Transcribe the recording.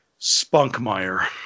Spunkmeyer